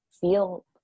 feel